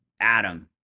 Adam